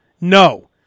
No